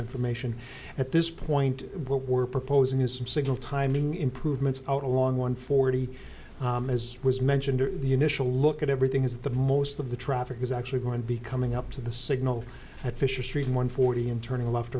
information at this point what we're proposing is some signal timing improvements out along one forty as was mentioned in the initial look at everything is the most of the traffic is actually going to be coming up to the signal at fisher street in one forty and turning left